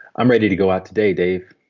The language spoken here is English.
i'm ready to go out today, dave.